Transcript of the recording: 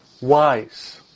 wise